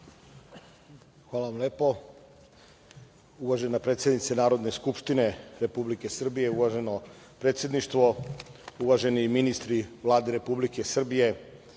Hvala vam lepo. Uvažena predsednice Narodne skupštine Republike Srbije, uvaženo predsedništvo, uvaženi ministri Vlade Republike Srbije,